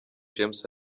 james